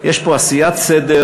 יש פה עשיית סדר